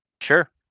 Sure